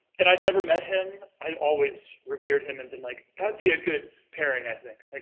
and i'd never met him, i'd always revered him and been like, that'd be a good pairing, i think. like